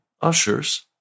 ushers